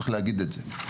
צריך להגיד את זה.